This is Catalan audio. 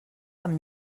amb